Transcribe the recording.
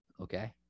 okay